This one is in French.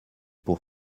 pour